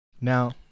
now